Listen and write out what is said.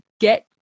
get